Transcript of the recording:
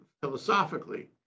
philosophically